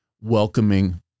welcoming